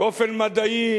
באופן מדעי: